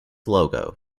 logo